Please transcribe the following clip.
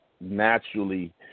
naturally